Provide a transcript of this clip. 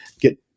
get